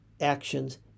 actions